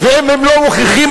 אינה נוכחת עאידה תומא